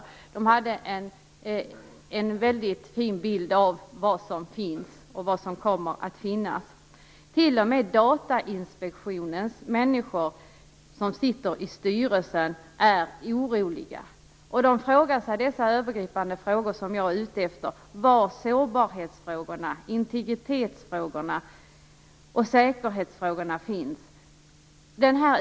Tidningen gav en väldigt bra bild av vad som finns och vad som kommer att finnas. T.o.m. Datainspektionens folk i styrelsen är oroliga och ställer de övergripande frågor som jag är ute efter. Var finns sårbarhetsfrågorna, integritetsfrågorna och säkerhetsfrågorna?